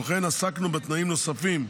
כמו כן, עסקנו בתנאים נוספים,